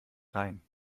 rhein